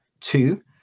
two